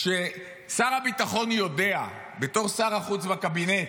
כששר הביטחון יודע בתור שר החוץ בקבינט,